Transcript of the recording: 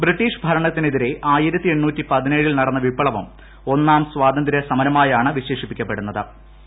British ഭരണത്തിനെതിരെ ൂപ്പുപ്പ ൽ നടന്ന വിപ്തവം ഒന്നാം സ്വാതന്ത്ര്യ സമരമായാണ് വിശേഷിപ്പിക്കപ്പെട്ടു്ന്നത്